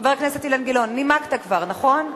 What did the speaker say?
חבר הכנסת אילן גילאון, נימקת כבר, נכון?